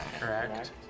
correct